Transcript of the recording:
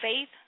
faith